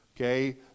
okay